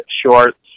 shorts